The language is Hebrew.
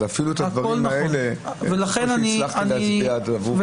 אז אפילו את הדברים האלה בקושי הצלחתי להצביע --- נכון,